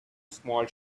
small